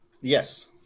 yes